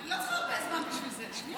אני לא צריכה הרבה זמן בשביל זה.